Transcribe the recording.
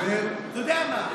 אתה יודע מה,